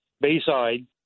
Bayside